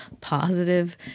positive